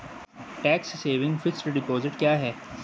Tax saving fixed deposit क्या है?